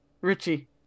Richie